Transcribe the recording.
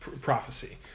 prophecy